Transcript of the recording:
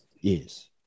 Yes